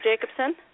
Jacobson